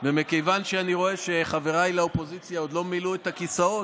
מכיוון שאני רואה שחבריי לאופוזיציה עוד לא מילאו את הכיסאות,